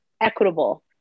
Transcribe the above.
equitable